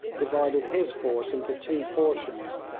divided his force into two portions,